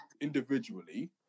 individually